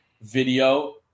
video